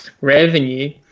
revenue